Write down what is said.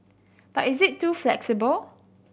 but is it too flexible